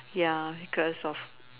ya because of